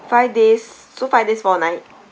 five days so five days four night